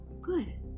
Good